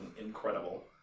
incredible